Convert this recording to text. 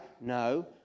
No